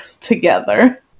together